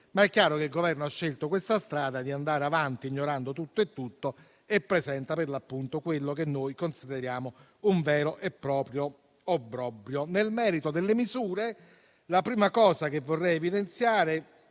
Ma è chiaro che il Governo ha scelto la strada di andare avanti, ignorando tutto e tutti, e presenta per l'appunto quello che noi consideriamo un vero e proprio obbrobrio. Nel merito delle misure, la prima cosa che vorrei evidenziare